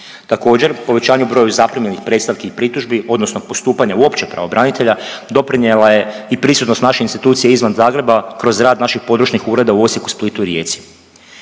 Također, povećanju broju zaprimljenih predstavki i pritužbi, odnosno postupanja uopće pravobranitelja, doprinijela je i prisutnost naše institucije i izvan Zagreba, kroz rad naših područnih ureda u Osijeku, Splitu i Rijeci.